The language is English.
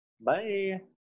Bye